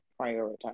prioritize